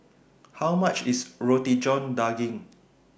How much IS Roti John Daging